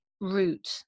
route